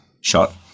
shot